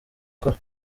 akora